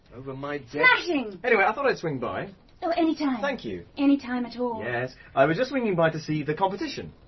over my dead smashing. anyway, i thought i'd swing by so any time! thank you! any time at all. yes i was just swinging by to see the competition.